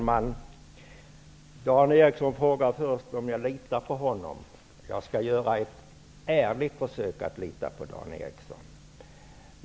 Herr talman! Dan Eriksson i Stockholm frågar först om jag litar på honom. Jag skall göra ett ärligt försök att lita på Dan Eriksson.